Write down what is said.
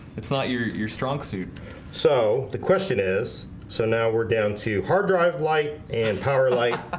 it's not your your strong suit so the question is so now we're down to hard drive light and power light